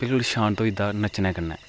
बिल्कुल शांत होई जंदा नच्चने कन्नै